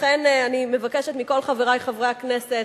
לכן אני מבקשת מכל חברי חברי הכנסת,